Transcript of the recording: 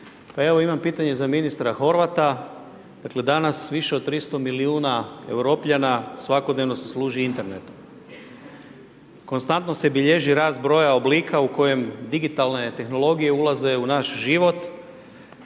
Imam pitanje za ministra Horvata, dakle, danas više od 300 milijuna Europljana, svakodnevno se služi internetom. Konstantno se bilježi rast broja oblika, u kojem digitalne tehnologije ulaze u naš život,